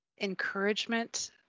encouragement